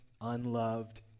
unloved